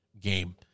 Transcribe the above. game